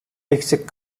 eksik